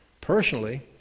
Personally